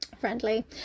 Friendly